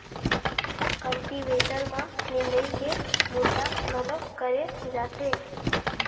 cultivator म निंदई के बूता घलोक करे जाथे